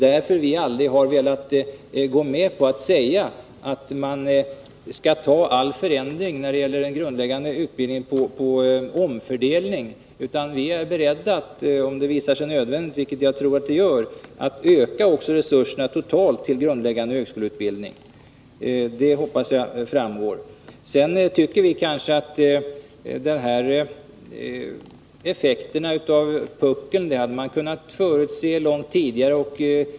Därför har vi aldrig gått med på att varje förändring när det gäller den grundläggande utbildningen skall ske genom omfördelning. Vi är i stället beredda att — om det visar sig nödvändigt, vilket jag tror att det gör — utöka resurserna också totalt sett när det gäller den grundläggande högskoleutbildningen. Jag hoppas att det har framgått av vad vi redan har uttalat. Enligt vår mening borde man långt tidigare ha kunnat förutse vilka effekterna skulle bli av den här puckeln.